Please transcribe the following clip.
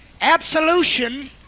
Absolution